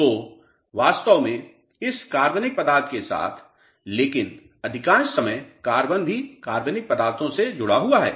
तो वास्तव में इस कार्बनिक पदार्थ के साथ लेकिन अधिकांश समय कार्बन भी कार्बनिक पदार्थों से जुड़ा हुआ है